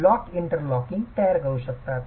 block interlocking तयार करू शकतात